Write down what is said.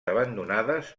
abandonades